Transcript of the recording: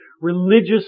Religious